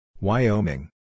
Wyoming